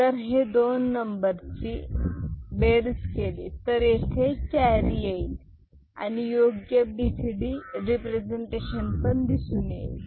जर हे दोन नंबर ची बेरीज केली तर येथे कॅरी येईल आणि योग्य बीसीडी रिप्रेझेंटेशन पण दिसून येईल